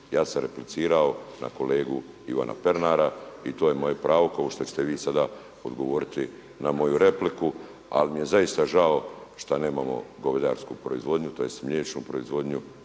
Ja sam replicirao na kolegu Ivana Pernara i to je moje pravo kao što ćete vi sada odgovoriti na moju repliku ali mi je zaista žao što nemamo govedarsku proizvodnju, tj. mliječnu proizvodnju